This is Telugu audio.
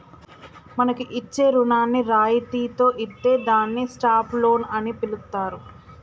మనకు ఇచ్చే రుణాన్ని రాయితితో ఇత్తే దాన్ని స్టాప్ లోన్ అని పిలుత్తారు